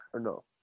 no